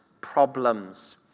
problems